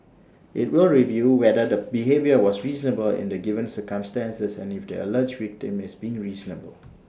IT will review whether the behaviour was reasonable in the given circumstances and if the alleged victim is being reasonable